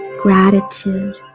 gratitude